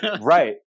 Right